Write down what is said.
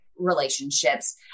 Relationships